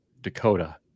Dakota